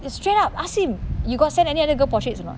you straight up ask him you got send any other girl portraits or not